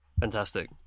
Fantastic